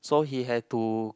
so he had to